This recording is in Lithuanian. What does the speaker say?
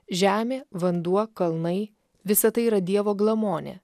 žemė vanduo kalnai visa tai yra dievo glamonė